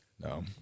No